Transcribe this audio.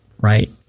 right